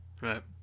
Right